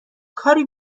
کاری